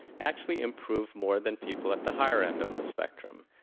actually improve more than people at the higher end of the spectrum.